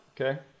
Okay